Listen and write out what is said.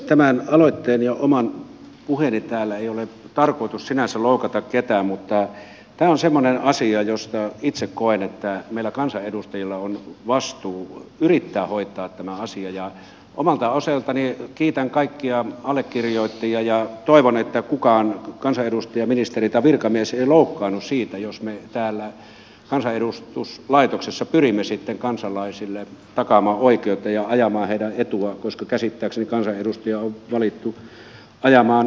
tämän aloitteen ja oman puheeni täällä ei ole tarkoitus sinänsä loukata ketään mutta tämä on semmoinen asia josta itse koen että meillä kansanedustajilla on vastuu yrittää hoitaa tämä asia ja omalta osaltani kiitän kaikkia allekirjoittajia ja toivon että kukaan kansanedustaja ministeri tai virkamies ei loukkaannu siitä jos me täällä kansanedustuslaitoksessa pyrimme sitten kansalaisille takaamaan oikeutta ja ajamaan heidän etuaan koska käsittääkseni kansanedustaja on valittu ajamaan kansan etua